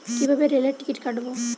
কিভাবে রেলের টিকিট কাটব?